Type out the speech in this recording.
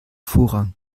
vorrang